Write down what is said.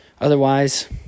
Otherwise